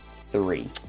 three